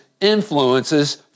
influences